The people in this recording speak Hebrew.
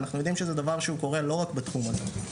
ואנחנו יודעים שזה דבר שהוא קורה לא רק בתחום הזה,